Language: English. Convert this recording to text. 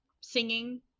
singing